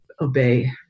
obey